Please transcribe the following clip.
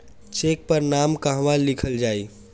Check पर नाम कहवा लिखल जाइ?